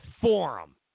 forum